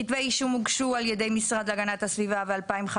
כתבי אישום הוגשו על ידי המשרד להגנת הסביבה ב-2015